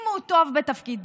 אם הוא טוב בתפקידו,